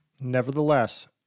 Nevertheless